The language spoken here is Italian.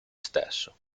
stesso